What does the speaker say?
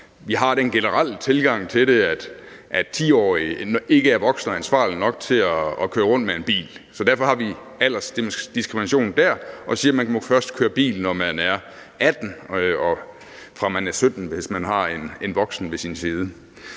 Vi har den generelle tilgang til det, at 10-årige ikke er voksne og ansvarlige nok til at køre rundt i en bil, så derfor har vi aldersdiskriminationen der og siger, at man først må køre bil, når man er 18, og fra man er 17, hvis man har en voksen ved sin side.